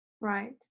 Right